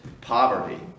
poverty